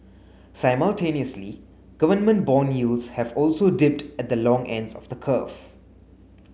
simultaneously government bond yields have also dipped at the long ends of the curve